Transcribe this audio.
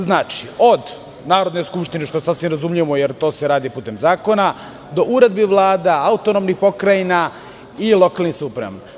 Znači, od Narodne skupštine, što je sasvim razumljivo, jer to se radi putem zakona, do uredbi vlada, autonomnih pokrajina i lokalnih samouprava.